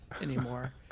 anymore